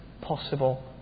possible